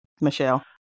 michelle